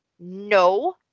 no